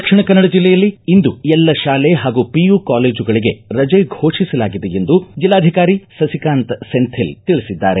ದಕ್ಷಿಣ ಕನ್ನಡ ಜಿಲ್ಲೆಯಲ್ಲಿ ಇಂದು ಎಲ್ಲ ಶಾಲೆ ಹಾಗೂ ಪಿಯು ಕಾಲೇಜುಗಳಿಗೆ ರಜೆ ಘೋಷಿಸಲಾಗಿದೆ ಎಂದು ಜಿಲ್ಲಾಧಿಕಾರಿ ಸಸಿಕಾಂತ ಸೆಂಥಿಲ್ ತಿಳಿಸಿದ್ದಾರೆ